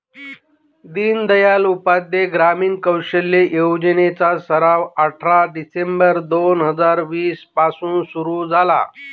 दीनदयाल उपाध्याय ग्रामीण कौशल्य योजने चा सराव अठरा डिसेंबर दोन हजार वीस पासून सुरू झाला